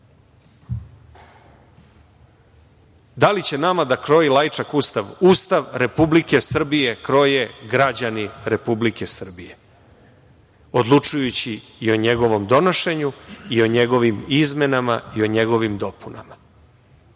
Da li će nama da kroji Lajčak Ustav? Ustav Republike Srbije kroje građani Republike Srbije odlučujući i o njegovom donošenju i o njegovim izmenama i o njegovim dopunama.